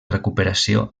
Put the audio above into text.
recuperació